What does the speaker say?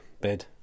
bed